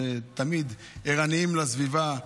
שתמיד ערניים לסביבה: